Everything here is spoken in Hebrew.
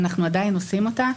ואנחנו עדיין עושים אותה,